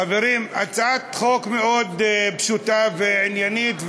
חברים, הצעת חוק מאוד פשוטה ועניינית.